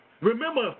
Remember